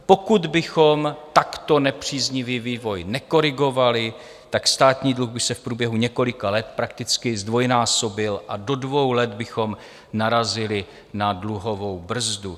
Pokud bychom takto nepříznivý vývoj nekorigovali, státní dluh by se v průběhu několika let prakticky zdvojnásobil a do dvou let bychom narazili na dluhovou brzdu.